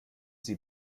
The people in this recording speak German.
sie